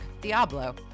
Diablo